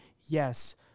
Yes